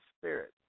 Spirit